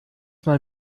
mal